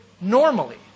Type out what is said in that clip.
normally